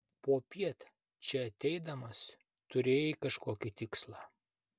popiet čia ateidamas turėjai kažkokį tikslą